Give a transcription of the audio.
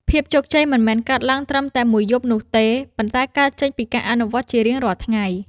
ភាពជោគជ័យមិនមែនកើតឡើងត្រឹមតែមួយយប់នោះទេ ប៉ុន្តែកើតចេញពីការអនុវត្តជារៀងរាល់ថ្ងៃ។